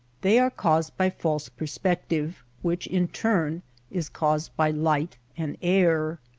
they are caused by false perspective, which in turn is caused by light and air.